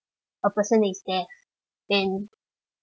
a person is deaf then